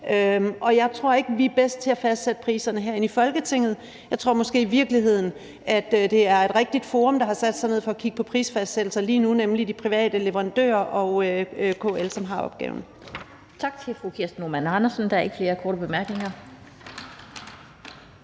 og jeg tror ikke, at vi er bedst til at fastsætte priserne herinde i Folketinget. Jeg tror måske i virkeligheden, at det er et rigtigt forum, der har sat sig ned for at kigge på prisfastsættelser lige nu, nemlig de private leverandører og KL, som har opgaven.